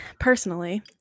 personally